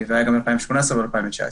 והיה גם ב-2018 וב-2019.